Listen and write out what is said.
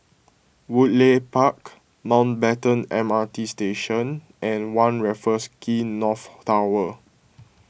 Woodleigh Park Mountbatten M R T Station and one Raffles Quay North Tower